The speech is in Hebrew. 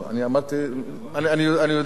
אני יודע,